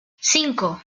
cinco